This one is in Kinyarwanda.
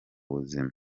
buzima